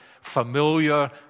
familiar